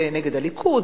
זה נגד הליכוד,